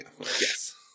yes